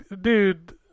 dude